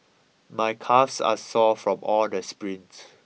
my calves are sore from all the sprints